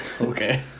Okay